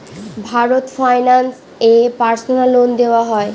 Bharat finance এ personal loan দেওয়া হয়?